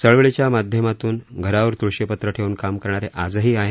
चळवळींच्या माध्यमातून घरावर त्ळशिपत्र ठेवून काम करणारे आजही आहेत